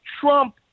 Trump